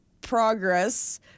progress